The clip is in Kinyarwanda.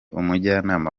umujyanama